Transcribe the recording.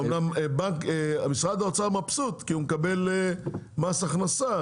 אמנם משרד האוצר מבסוט כי הוא מקבל מס הכנסה,